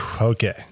Okay